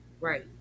Right